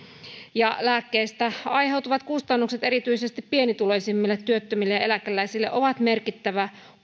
lääkkeistä aiheutuvat kustannukset erityisesti pienituloisimmille työttömille ja eläkeläisille ovat merkittävä